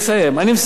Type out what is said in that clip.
אני מסיים.